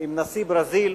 עם נשיא ברזיל,